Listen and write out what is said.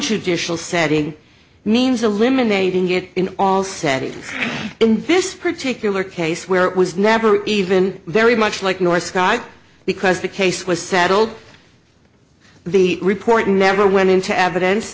traditional setting means eliminating it in all settings invests particular case where it was never even very much like your sky because the case was settled the report never went into evidence